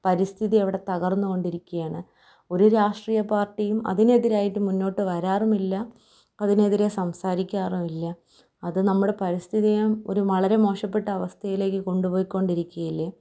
പരിസ്ഥിതി ഇവിടെ തകർന്ന് കൊണ്ടിരിക്കുകയാണ് ഒരു രാഷ്ട്രീയ പാർട്ടിയും അതിനെതിരായിട്ട് മുന്നോട്ട് വരാറുമില്ല അതിനെതിരെ സംസാരിക്കാറുമില്ല അത് നമ്മുടെ പരിസ്ഥിതിയേയും ഒരു വളരെ മോശപ്പെട്ട അവസ്ഥയിലേക്ക് കൊണ്ട് പോയി കൊണ്ടിരിക്കുകയല്ലേ